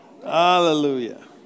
Hallelujah